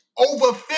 Over